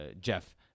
Jeff